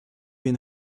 been